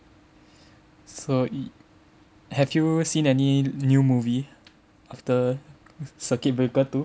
so have you seen any new movie after circuit breaker two